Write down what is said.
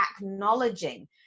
acknowledging